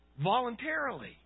voluntarily